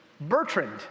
Bertrand